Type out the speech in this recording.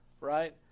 right